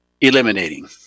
eliminating